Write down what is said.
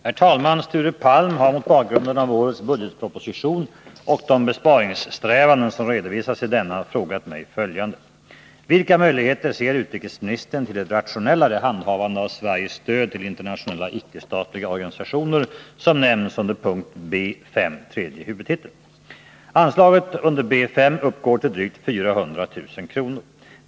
Herr talman! Sture Palm har, mot bakgrund av årets budgetproposition och de besparingssträvanden som redovisas i denna, frågat mig följande. Vilka möjligheter ser utrikesministern till ett rationellare handhavande av Sveriges stöd till internationella icke-statliga organisationer som nämns under punkt B 5, tredje huvudtiteln? Anslaget under B 5 uppgår till drygt 400 000 kr.